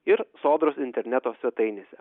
ir sodros interneto svetainėse